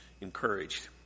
encouraged